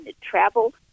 travel